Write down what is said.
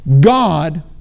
God